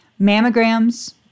mammograms